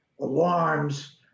alarms